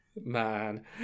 Man